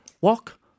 walk